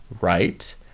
right